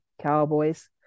cowboys